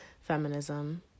feminism